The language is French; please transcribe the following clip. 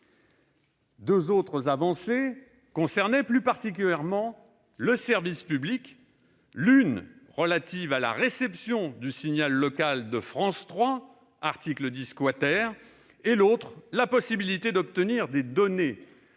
Deux autres avancées concernaient plus particulièrement le service public, l'une relative à la réception du signal local de France 3, à l'article 10 , l'autre à la possibilité d'obtenir des données